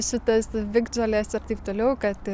šitas piktžoles ir taip toliau kad